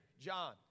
John